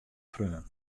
freon